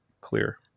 clear